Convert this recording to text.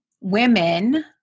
women